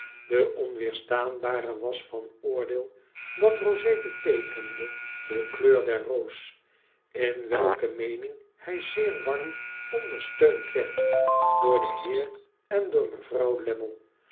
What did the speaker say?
de onweerstaanbare was van oordeel dat rosé beteekende de kleur der roos in welke meening hij zeer warm ondersteund werd door den heer en door mevrouw